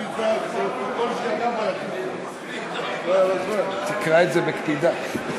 הצעת ועדת הכנסת להקמת ועדה מיוחדת לפי סעיף 108 לתקנון הכנסת מיום